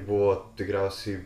buvo tikriausiai